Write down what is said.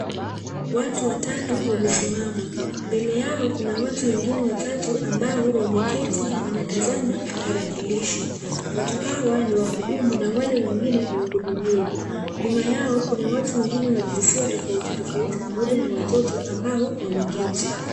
Watu watatu wamesimama. Mbele yao kuna watu wengine watatu ambao wameketi wanatazama tarakilishi. Watu hawa ni wahudumu na wale wengine ni wahudumiwa. Nyuma yao kuna watu wengine wa jinsia tofauti tofauti pamoja na watoto ambao wameketi.